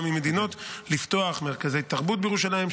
ממדינות לפתוח מרכזי תרבות בירושלים,